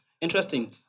Interesting